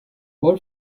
paul